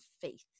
faith